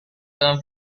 term